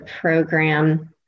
program